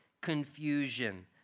confusion